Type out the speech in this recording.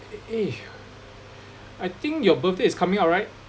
eh I think your birthday is coming up right